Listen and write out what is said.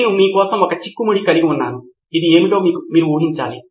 నేను మీ కోసం ఒక చిన్న చిక్కుముడి కలిగి ఉన్నాను ఇది ఏమిటో మీరు ఊహించాలి